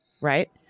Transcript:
Right